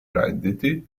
redditi